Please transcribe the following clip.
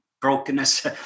brokenness